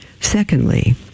Secondly